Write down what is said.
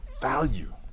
value